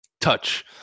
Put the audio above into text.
touch